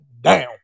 down